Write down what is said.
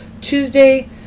Tuesday